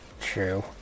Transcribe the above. true